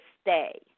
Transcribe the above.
stay